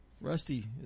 Rusty